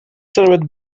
served